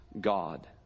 God